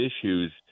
issues